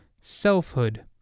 selfhood